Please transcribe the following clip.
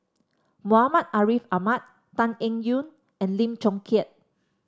Muhammad Ariff Ahmad Tan Eng Yoon and Lim Chong Keat